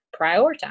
prioritize